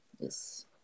Yes